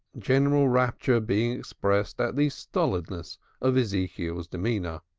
general rapture being expressed at the stolidness of ezekiel's demeanor.